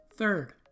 Third